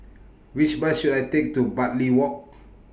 Which Bus should I Take to Bartley Walk